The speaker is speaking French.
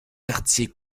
quartier